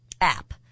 app